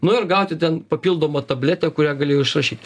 nu ir gauti ten papildomą tabletę kurią galėjo išrašyt